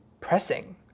pressing